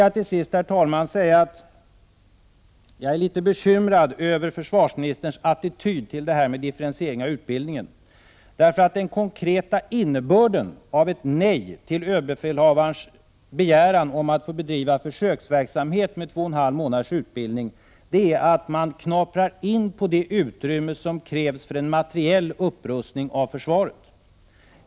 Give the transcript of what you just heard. Jag vill till sist säga att jag är litet bekymrad över försvarsministerns attityd till frågan om differentiering av utbildningen. Den konkreta innebörden av ett nej till överbefälhavarens begäran om att få bedriva försöksverksamhet med 2,5 månaders utbildning är att man knaprar in på det utrymme som krävs för en materiell upprustning av försvaret.